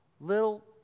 Little